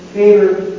Favor